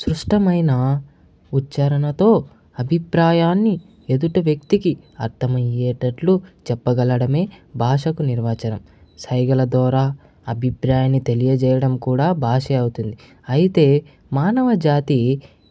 స్పష్టమైన ఉచ్చారణతో అభిప్రాయాన్ని ఎదుట వ్యక్తికి అర్థం అయ్యేటట్లు చెప్పగలడమే భాషకు నిర్వచనం సైగలదూర అభిప్రాయాన్ని తెలియజేయడం కూడా భాషే అవుతుంది అయితే మానవజాతి